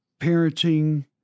parenting